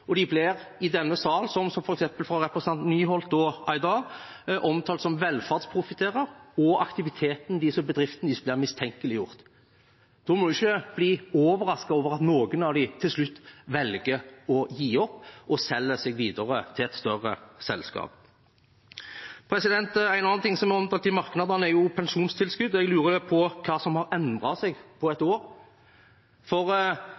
og de blir i denne salen, slik som f.eks. av representantene Nyholt og Aydar, omtalt som velferdsprofitører, og aktiviteten til disse bedriftene blir mistenkeliggjort. Da må vi ikke bli overrasket over at noen av dem til slutt velger å gi opp og selger seg videre til et større selskap. En annen ting som er omtalt i merknadene, er pensjonstilskudd, og jeg lurer da på hva som har endret seg på et år. I forbindelse med budsjettet for